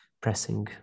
pressing